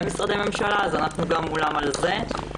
הם עושים עבודה מול הרבה משרדי ממשלה אז אנחנו גם מולם בעניין זה.